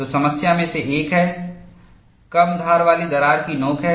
तो समस्या में से एक है कम धार वाली दरार की नोक है